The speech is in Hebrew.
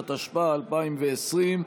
התשפ"א 2020,